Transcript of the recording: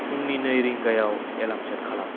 फुंनि नै रिंगायाव एलार्म सेट खालाम